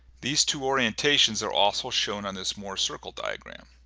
these two orientations are also shown on this mohr circle diagram.